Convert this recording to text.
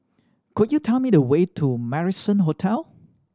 could you tell me the way to Marrison Hotel